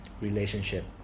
relationship